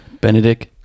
Benedict